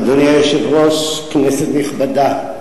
אדוני היושב-ראש, כנסת נכבדה,